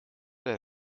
der